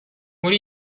what